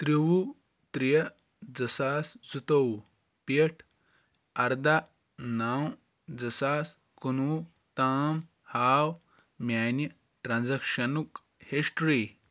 تٔروُہ ترے زٕ ساس زٕ تووُہ پٮ۪ٹھ اَرداہ نو زٕ ساس کُنہٕ وُہ تام ہاو میانہِ ٹرانزیکشنُک ہسٹری